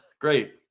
Great